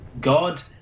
God